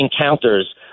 encounters